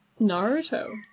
Naruto